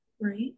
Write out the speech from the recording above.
right